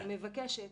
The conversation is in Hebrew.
אני מבקשת